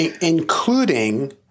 Including